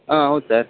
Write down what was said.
ಹಾಂ ಹೌದ್ ಸರ್